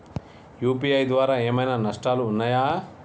UPI ద్వారా ఏమైనా నష్టాలు ఉన్నయా?